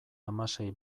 hamasei